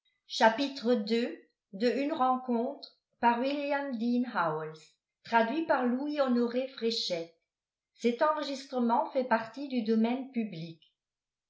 une rencontre by